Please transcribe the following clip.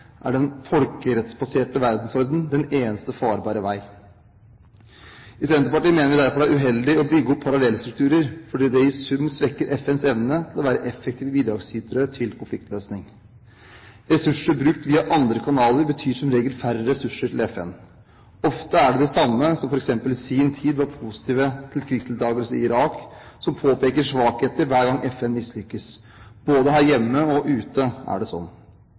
er den folkerettsbaserte verdensorden den eneste farbare vei. I Senterpartiet mener vi derfor det er uheldig å bygge opp parallellstrukturer, fordi det i sum svekker FNs evne til å være effektive bidragsytere til konfliktløsning. Ressurser brukt via andre kanaler betyr som regel færre ressurser til FN. Ofte er det de samme som f.eks. i sin tid var positive til krigsdeltakelse i Irak, som påpeker svakheter hver gang FN mislykkes. Både her hjemme og ute er det